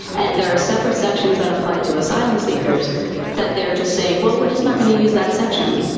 and there are separate sections that apply to asylum seekers that they're just saying, well, we're just not going to use that section.